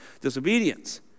disobedience